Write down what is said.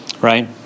Right